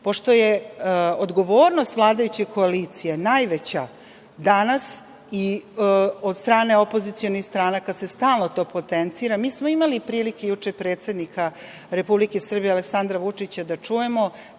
je odgovornost vladajuće koalicije najveća danas i od strane opozicionih stranaka se stalno to potencira, mi smo imali prilike juče od predsednika Srbije, Aleksandra Vučića, da čujemo